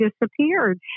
disappeared